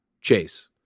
chase